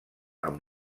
amb